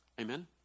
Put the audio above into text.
Amen